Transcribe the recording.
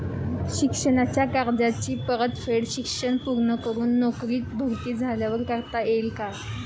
शिक्षणाच्या कर्जाची परतफेड शिक्षण पूर्ण करून नोकरीत भरती झाल्यावर करता येईल काय?